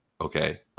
Okay